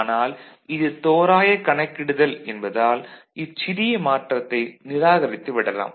ஆனால் இது தோராய கணக்கிடுதல் என்பதால் இச்சிறிய மாற்றத்தை நிராகரித்து விடலாம்